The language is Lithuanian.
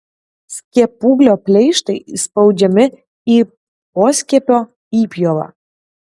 skiepūglio pleištai įspaudžiami į poskiepio įpjovą